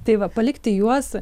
tai va palikti juos